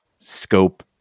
Scope